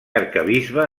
arquebisbe